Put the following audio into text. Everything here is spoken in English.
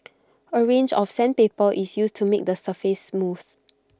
A range of sandpaper is used to make the surface smooth